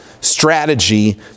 strategy